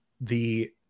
the-